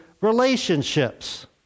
relationships